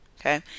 Okay